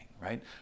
right